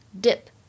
dip